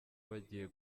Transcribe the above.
bagiye